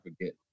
forget